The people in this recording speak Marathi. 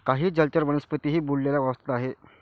काही जलचर वनस्पतीही बुडलेल्या अवस्थेत आहेत